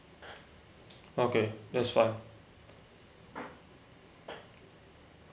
okay that's fine